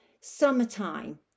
summertime